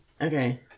okay